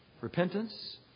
Repentance